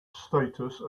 status